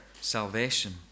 salvation